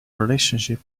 relationship